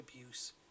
abuse